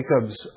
Jacob's